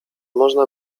można